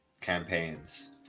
campaigns